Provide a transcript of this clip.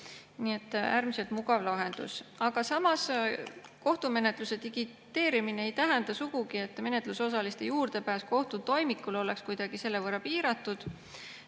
Nii et äärmiselt mugav lahendus. Aga samas, kohtumenetluse digiteerimine ei tähenda sugugi, et menetlusosaliste juurdepääs kohtutoimikule oleks kuidagi selle võrra piiratud.